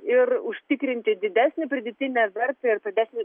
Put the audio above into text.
ir užtikrinti didesnę pridėtinę vertę ir didesnį